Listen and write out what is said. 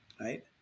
right